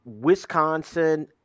Wisconsin